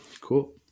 cool